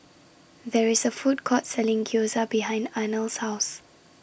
There IS A Food Court Selling Gyoza behind Arnold's House